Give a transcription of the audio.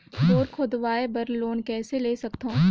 Bore खोदवाय बर loan कइसे ले सकथव?